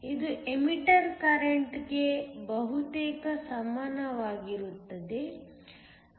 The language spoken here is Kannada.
ಇದು ಎಮಿಟರ್ ಕರೆಂಟ್ ಗೆ ಬಹುತೇಕ ಸಮಾನವಾಗಿರುತ್ತದೆ